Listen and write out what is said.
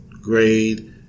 grade